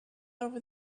over